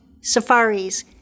safaris